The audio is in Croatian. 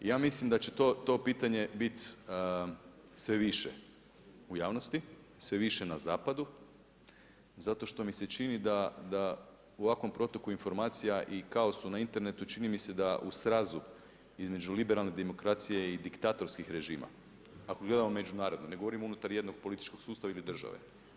Ja mislim da će to pitanje biti sve više u javnosti, sve više na zapadu zato što mi se čini da u ovakvom protoku informacija i kaosu na internetu čini mi se da u srazu između liberalne demokracije i diktatorskih režima, ako gledamo međunarodnu, ne govorim unutar jednog političkog sustava ili države.